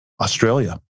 Australia